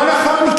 לא נכון,